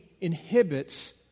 inhibits